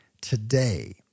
today